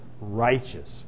righteous